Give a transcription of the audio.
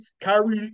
Kyrie